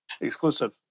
exclusive